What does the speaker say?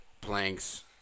planks